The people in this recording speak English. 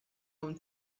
own